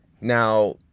Now